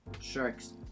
Sharks